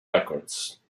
records